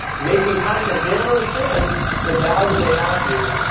making content, they don't understand the value they have here,